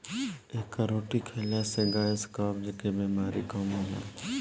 एकर रोटी खाईला से गैस, कब्ज के बेमारी कम होला